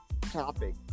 topic